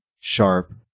sharp